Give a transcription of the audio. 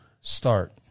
Start